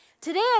Today